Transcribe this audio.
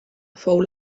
fou